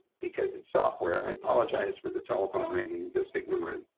because it's software. i apologize for the telephone ringing. just ignore it.